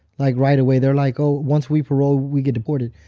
like right away, they're like, oh, once we parole, we get deported.